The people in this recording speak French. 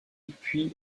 puis